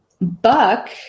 buck